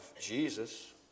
Jesus